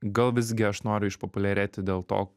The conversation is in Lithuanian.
gal visgi aš noriu išpopuliarėti dėl to